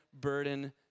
burden